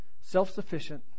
self-sufficient